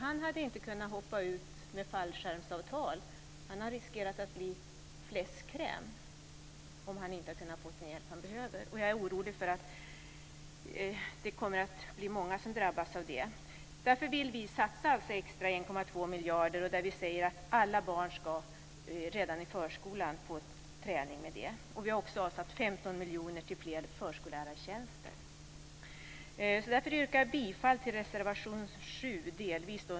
Han hade inte kunnat hoppa ut med fallskärmsavtal. Han hade riskerat att bli fläskkräm om han inte hade fått den hjälp som han behövde. Jag är orolig för att det kommer att bli många som drabbas av det. Därför vill vi satsa 1,2 miljarder extra och säger att alla barn redan i förskolan ska få träning med det.